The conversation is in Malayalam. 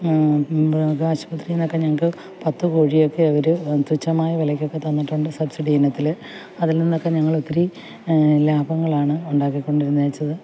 മൃഗാശുപത്രിയിൽ നിന്നൊക്കെ ഞങ്ങൾക്ക് പത്തു കോഴിയൊക്കെ അവർ തുച്ഛമായ വിലയ്ക്കൊക്കെ തന്നിട്ടുണ്ട് സബ്സിഡി ഇനത്തിൽ അതിൽ നിന്നൊക്കെ ഞങ്ങൾ ഒത്തിരി ലാഭങ്ങളാണ് ഉണ്ടാക്കി കൊണ്ടിരുന്നേച്ചത്